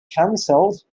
canceled